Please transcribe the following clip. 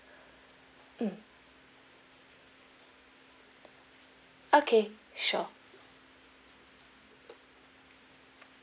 mm okay sure